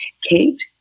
Kate